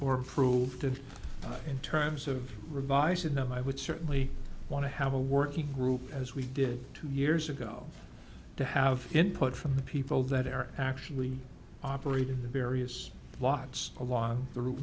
and in terms of revising them i would certainly want to have a working group as we did two years ago to have input from the people that are actually operated the various lots along the route